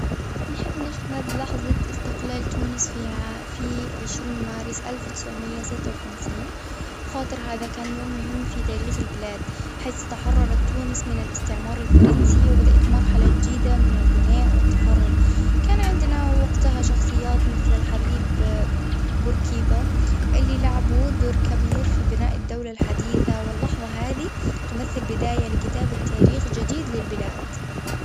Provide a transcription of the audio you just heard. نحب نشهد لحظة استقلال تونس في عشرين مارس ألف تسعمية ستة وخمسين خاطر هذا كان يوم مهم في تاريخ البلاد، حيث تحررت تونس من الاستعمار الفرنسي وبدأت مرحلة جديدة من البناء والتحرر. كان عندنا وقتها شخصيات مثل الحبيب بوركيبا اللي لعبوا دور كبير في بناء الدولة الحديثة واللحظة هذي تمثل بداية لكتابة تاريخ جديد للبلاد.